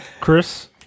Chris